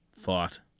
Fought